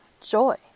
joy